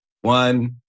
one